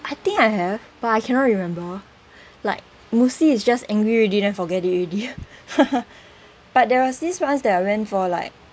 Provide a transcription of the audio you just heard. I think I have but I cannot remember like mostly is just angry already then forget it already but there was this once that I went for like